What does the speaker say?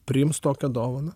priims tokią dovaną